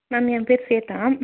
ma'am என் பேர் ஸ்வேதா